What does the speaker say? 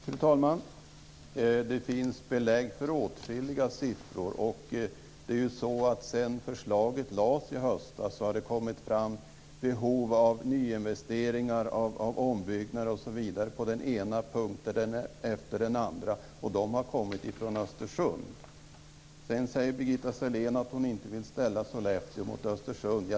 Fru talman! Det finns belägg för åtskilliga siffror. Sedan förslaget lades fram i höstas har det kommit fram behov av nyinvesteringar, ombyggnader osv. på den ena punkten efter den andra, och de gäller Östersund. Birgitta Sellén säger att hon inte vill ställa Sollefteå mot Östersund.